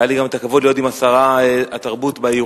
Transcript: היה לי גם הכבוד להיות עם שרת התרבות באירוע,